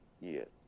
Yes